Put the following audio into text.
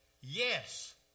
Yes